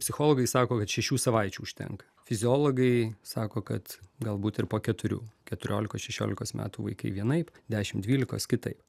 psichologai sako kad šešių savaičių užtenka fiziologai sako kad galbūt ir po keturių keturiolikos šešiolikos metų vaikai vienaip dešimt dvylikos kitaip